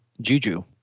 Juju